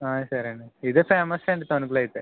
సరేనండి ఇదే ఫేమస్ అండి తణుకులో అయితే